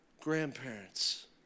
Grandparents